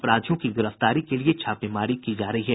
अपराधियों की गिरफ्तारी के लिये छापेमारी की जा रही है